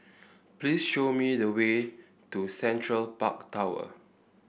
please show me the way to Central Park Tower